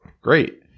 great